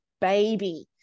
baby